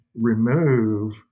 remove